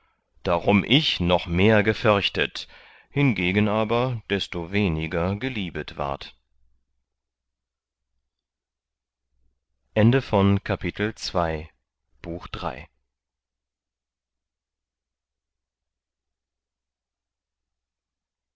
darum ich noch mehr geförchtet hingegen aber desto weniger geliebet ward